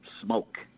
smoke